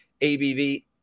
ABV